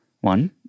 one